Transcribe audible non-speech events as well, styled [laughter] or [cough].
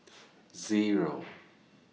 [noise] Zero